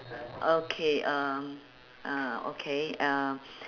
okay um ah okay uh